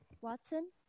Watson